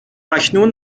اکنون